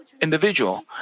individual